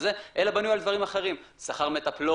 אלא בנוי על דברים אחרים שכר מטפלות,